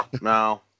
no